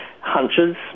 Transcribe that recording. hunches